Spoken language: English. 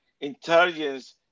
Intelligence